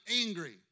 angry